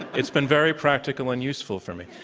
it's been very practical and useful for me.